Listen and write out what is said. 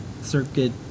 Circuit